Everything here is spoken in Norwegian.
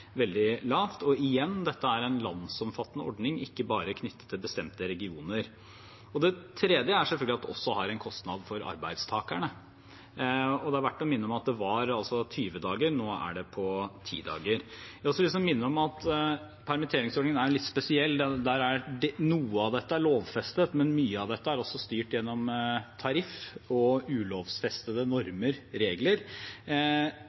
veldig lavt. Og igjen: Dette er en landsomfattende ordning, ikke bare knyttet til bestemte regioner. Den tredje er selvfølgelig at det også har en kostnad for arbeidstakerne. Det er verdt å minne om at det var altså 20 dager. Nå er det ti dager. Jeg har også lyst til å minne om at permitteringsordningen er litt spesiell. Noe av dette er lovfestet, men mye av dette er også styrt gjennom tariff og ulovfestede